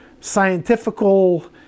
scientifical